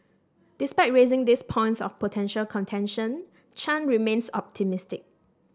despite raising these points of potential contention Chan remains optimistic